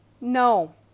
No